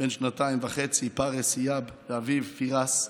בן שנתיים וחצי, פארס הייב, ואביו פיראס,